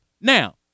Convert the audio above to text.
Now